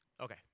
Okay